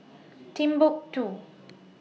Timbuk two